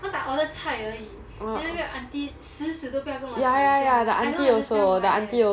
cause I order 菜而已 then 那个 aunty 死死都不要跟我减价 but I don't understand why eh